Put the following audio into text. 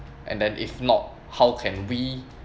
and then if not how can we